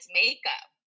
makeup